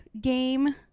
game